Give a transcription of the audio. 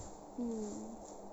mm